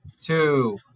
two